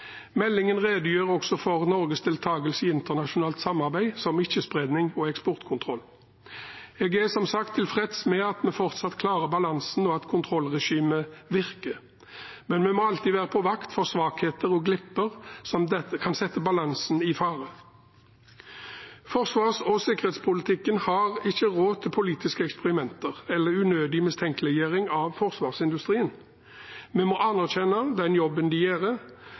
Meldingen redegjør også for Norges deltakelse i internasjonalt samarbeid, som ikke-spredning og eksportkontroll. Jeg er, som sagt, tilfreds med at vi fortsatt klarer balansen, og at kontrollregimet virker. Men vi må alltid være på vakt mot svakheter og glipper som kan sette balansen i fare. Forsvars- og sikkerhetspolitikken har ikke råd til politiske eksperimenter eller unødig mistenkeliggjøring av forsvarsindustrien. Vi må anerkjenne den jobben de gjør,